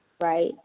right